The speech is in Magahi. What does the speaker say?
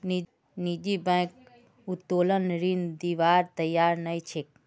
निजी बैंक उत्तोलन ऋण दिबार तैयार नइ छेक